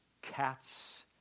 Cats